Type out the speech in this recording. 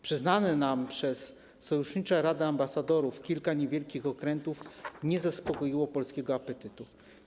Przyznanych nam przez sojusznicze rady ambasadorów kilka niewielkich okrętów nie zaspokoiło polskiego apetytu.